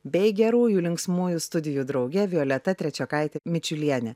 bei gerųjų linksmųjų studijų drauge violeta trečiokaite mičiuliene